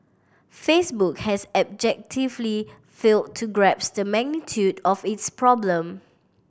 Facebook has abjectly failed to grasp the magnitude of its problem